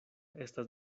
estas